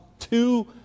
two